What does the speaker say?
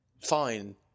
fine